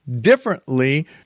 differently